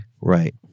Right